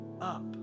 up